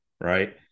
right